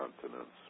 continents